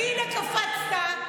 הינה, קפצת.